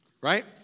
Right